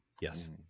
yes